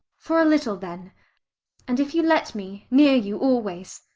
for a little then and if you let me, near you always.